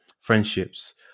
friendships